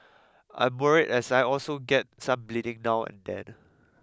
I am worried as I also get some bleeding now and then